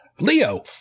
Leo